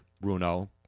Bruno